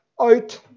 out